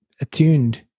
attuned